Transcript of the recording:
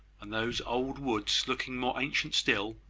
and those old woods looking more ancient still,